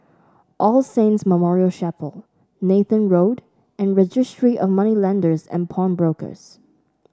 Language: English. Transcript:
All Saints Memorial Chapel Nathan Road and Registry of Moneylenders and Pawnbrokers